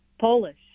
Polish